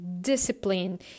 discipline